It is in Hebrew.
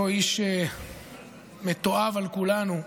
אותו איש מתועב על כולנו,